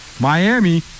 Miami